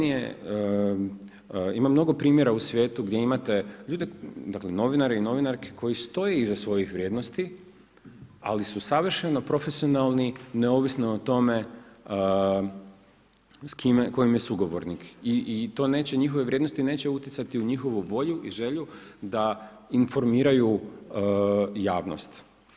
Ima mnogo primjera u svijetu gdje imate ljude, novinare i novinarke koje stoje iza svojih vrijednosti, ali su savršeno profesionalni i neovisno o tome tko im je sugovornik i njihove vrijednosti neće utjecati u njihovu volju i želju da informiraju javnost.